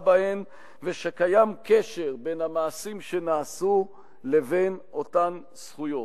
בהן ושקיים קשר בין המעשים שנעשו לבין אותן זכויות.